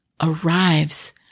arrives